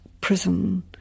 prison